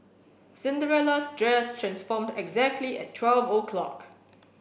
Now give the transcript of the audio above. Cinderella's dress transformed exactly at twelve o'clock